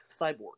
cyborg